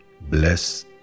Bless